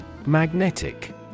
Magnetic